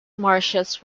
marshes